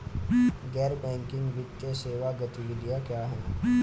गैर बैंकिंग वित्तीय सेवा गतिविधियाँ क्या हैं?